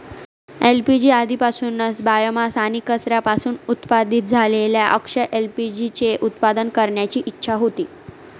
LPG आधीपासूनच biomass आणि कचऱ्यापासून उत्पादित झालेल्या अक्षय एल.पी.जी चे उत्पादन करण्याची इच्छा होती